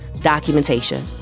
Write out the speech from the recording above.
Documentation